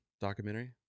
documentary